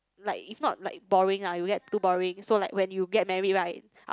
like if not like boring ah it will get too boring so like when you get married right